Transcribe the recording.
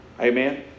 Amen